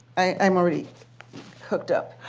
i'm already hooked up.